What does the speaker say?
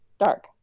Dark